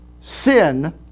sin